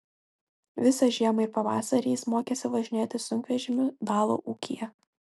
visą žiemą ir pavasarį jis mokėsi važinėti sunkvežimiu dalo ūkyje